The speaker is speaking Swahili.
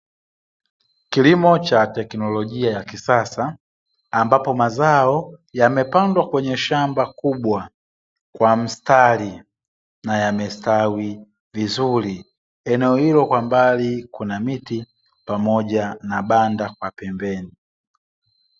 Kilimo cha teknolojia ya kisasa ambapo mazao yamepandwa kwenye shamba kubwa kwa mstari na yamestawi vizuri, eneo hilo kwa mbali kuna miti pamoja na banda kwa pembeni.